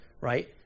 right